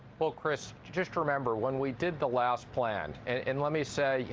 well, chris, just remember, when we did the last plan and let me say,